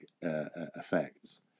effects